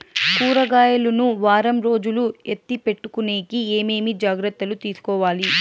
కూరగాయలు ను వారం రోజులు ఎత్తిపెట్టుకునేకి ఏమేమి జాగ్రత్తలు తీసుకొవాలి?